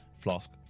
Flask